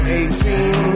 eighteen